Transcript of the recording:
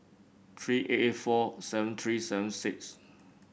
three eight eight four seven three seven six